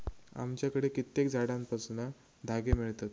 आमच्याकडे कित्येक झाडांपासना धागे मिळतत